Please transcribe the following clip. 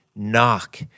knock